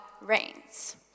reigns